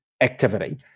activity